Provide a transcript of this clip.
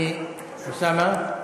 מי, אוסאמה?